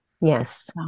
yes